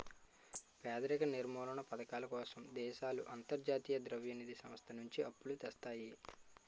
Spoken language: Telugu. పేదరిక నిర్మూలనా పధకాల కోసం దేశాలు అంతర్జాతీయ ద్రవ్య నిధి సంస్థ నుంచి అప్పులు తెస్తాయి